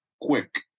quick